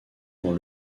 dans